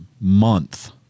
month